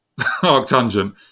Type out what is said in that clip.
Arctangent